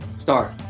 Start